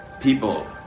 people